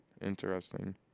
Interesting